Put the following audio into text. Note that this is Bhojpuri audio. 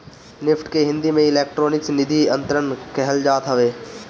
निफ्ट के हिंदी में इलेक्ट्रानिक निधि अंतरण कहल जात हवे